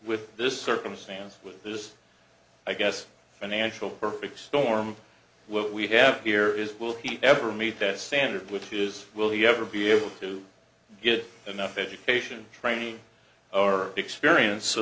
with this circumstance with this i guess financial perfect storm what we have here is will he ever meet that standard which is will he ever be able to get enough education training or experience so